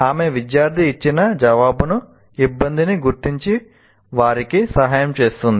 ఆమె విద్యార్థి ఇచ్చిన జవాబును ఇబ్బందిని గుర్తించి వారికి సహాయం చేస్తుంది